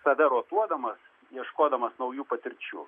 save rotuodamas ieškodamas naujų patirčių